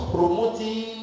promoting